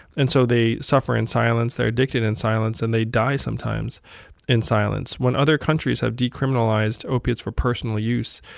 and so they suffer in silence, they're addicted in silence, and they die sometimes in silence. when other countries have decriminalized opiates for personal use,